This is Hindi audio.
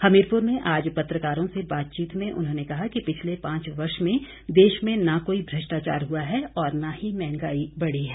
हमीरपुर में आज पत्रकारों से बातचीत में उन्होंने कहा कि पिछले पांच वर्ष में देश में न कोई भ्रष्टाचार हआ है और न ही महंगाई बढ़ी है